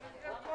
זה יוצג לקבינט,